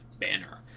banner